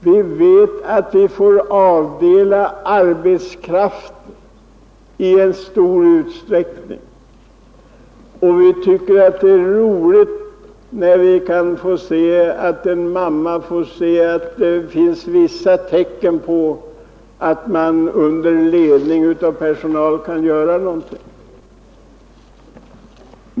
Vi vet att vi får avdela mycken arbetskraft för dem, och vi tycker det är roligt när en mamma får se att det finns vissa tecken på att man under ledning av utbildad personal kan göra någonting.